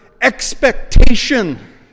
expectation